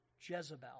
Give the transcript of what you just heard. Jezebel